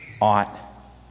ought